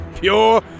pure